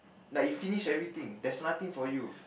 like you finish everything there's nothing for you